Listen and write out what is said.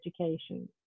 education